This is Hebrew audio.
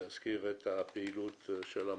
אולי זו תהיה הישיבה האחרונה בקדנציה